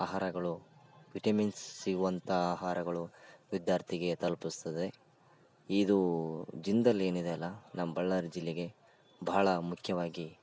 ಆಹಾರಗಳು ವಿಟಿಮಿನ್ಸ್ ಸಿಗುವಂಥ ಆಹಾರಗಳು ವಿದ್ಯಾರ್ಥಿಗೆ ತಲುಪಿಸ್ತದೆ ಇದು ಜಿಂದಾಲ್ ಏನಿದೆಯಲ್ಲ ನಮ್ಮ ಬಳ್ಳಾರಿ ಜಿಲ್ಲೆಗೆ ಬಹಳ ಮುಖ್ಯವಾಗಿ